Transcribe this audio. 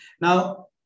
Now